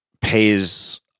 pays